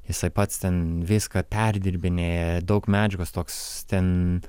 jisai pats ten viską perdirbinėja daug medžiagos toks ten